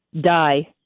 die